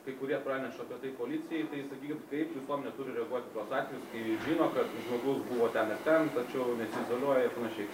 kai kurie praneša apie tai policijai tai sakykit kaip visuomenė turi reaguot į tuos atvejus kai žino kad žmogus buvo ten ir ten tačiau nesiizoliuoja ir panašiai